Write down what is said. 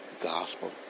gospel